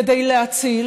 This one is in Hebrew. כדי להציל